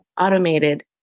automated